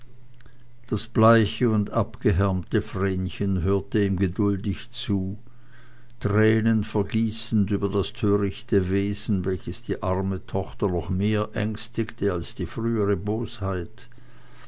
das bleiche und abgehärmte vrenchen hörte ihm geduldig zu tränen vergießend über das törichte wesen welches die arme tochter noch mehr ängstigte als die frühere bosheit